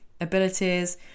abilities